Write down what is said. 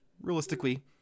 realistically